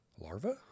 Larva